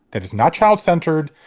that is not child centered.